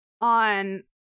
on